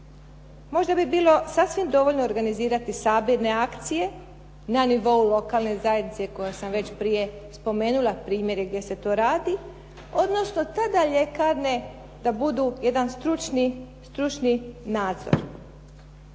Možda bi bilo sasvim dovoljno organizirati sabirne akcije na nivou lokalne zajednice koje sam već prije spomenula primjere gdje se to radi odnosno tada ljekarne da budu jedan stručni nadzor.